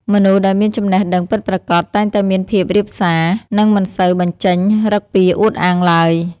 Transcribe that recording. មនុស្សដែលមានចំណេះដឹងពិតប្រាកដ តែងតែមានភាពរាបសារ និងមិនសូវបញ្ចេញឫកពាអួតអាងឡើយ។